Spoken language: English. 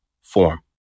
form